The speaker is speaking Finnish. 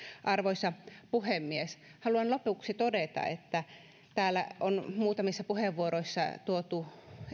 arvoisa puhemies haluan lopuksi todeta että täällä on muutamissa puheenvuoroissa tuotu